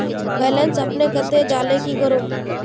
Balance अपने कते जाले की करूम?